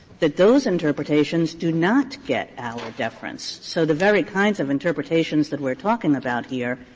that those interpretations do not get auer deference. so the very kinds of interpretations that we're talking about here,